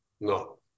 No